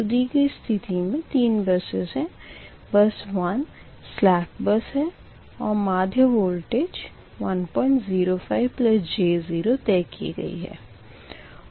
तो दी गयी स्थिति में तीन बसेस है बस 1 सलेक बस है और माध्य वोल्टेज 105j0 तय की गयी है